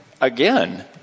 again